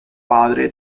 padre